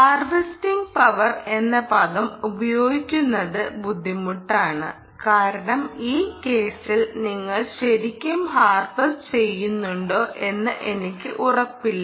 "harvesting power" എന്ന പദം ഉപയോഗിക്കുന്നത് ബുദ്ധിമുട്ടാണ് കാരണം ഈ കേസിൽ നിങ്ങൾ ശരിക്കും ഹാർവെസ്റ്റ് ചെയ്യുന്നുണ്ടോ എന്ന് എനിക്ക് ഉറപ്പില്ല